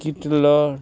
कितलो